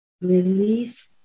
release